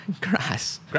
Grass